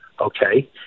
okay